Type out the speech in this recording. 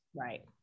Right